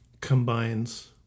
combines